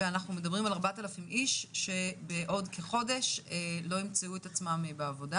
ואנחנו מדברים על 4,000 איש שבעוד כחודש לא ימצאו את עצמם בעבודה.